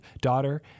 daughter